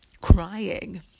crying